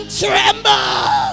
tremble